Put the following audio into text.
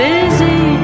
Busy